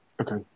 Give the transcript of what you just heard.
Okay